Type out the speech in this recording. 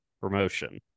promotion